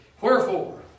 wherefore